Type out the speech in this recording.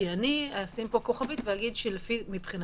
כי אני אשים פה כוכבית ואגיד, שמבחינתי,